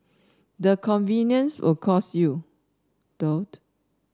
the convenience will cost you though